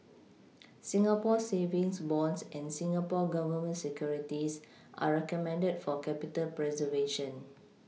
Singapore savings bonds and Singapore Government Securities are recommended for capital preservation